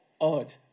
odd